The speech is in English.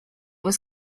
was